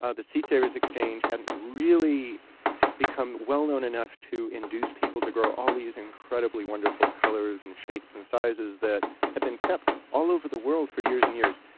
ah the seed savers exchange hadn't really become well known enough to induce people to grow all these incredibly wonderful colors, and shapes and sizes that have been kept all over the world for years and years.